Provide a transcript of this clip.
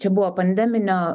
čia buvo pandeminio